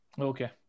Okay